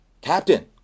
Captain